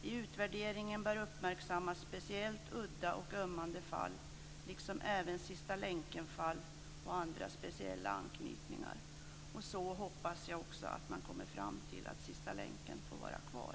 I utvärderingen bör uppmärksammas speciellt udda och ömmande fall liksom även sista länken-fall och andra speciella anknytningar." Jag hoppas att man kommer fram till att sista länken får vara kvar.